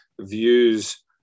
views